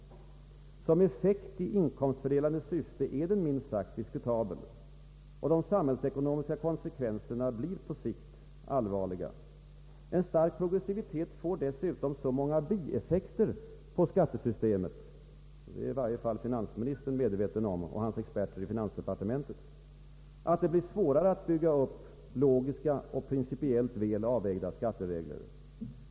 Som effekt i inkomstfördelande syfte är den minst sagt diskutabel. Och de samhällsekonomiska konsekvenserna blir på längre sikt allvarliga. En stark progressivitet får dessutom så många bieffekter på skattesystemet — det är i varje fall finansministern medveten om och hans experter i finans departementet — att det blir svårare att bygga upp logiska och principiellt väl avvägda skatteregler.